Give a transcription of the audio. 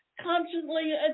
constantly